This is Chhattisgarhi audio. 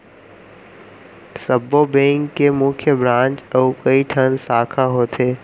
सब्बो बेंक के मुख्य ब्रांच अउ कइठन साखा होथे